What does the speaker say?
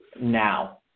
now